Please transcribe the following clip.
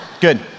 good